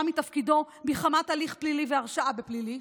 מתפקידו מחמת הליך פלילי והרשעה בפלילי,